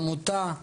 העמותה